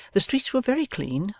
the streets were very clean,